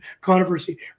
controversy